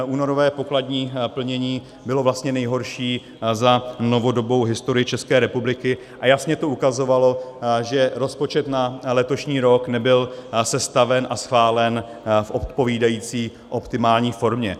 Únorové pokladní plnění bylo vlastně nejhorší za novodobou historii České republiky a jasně to ukazovalo, že rozpočet na letošní rok nebyl sestaven a schválen v odpovídající optimální formě.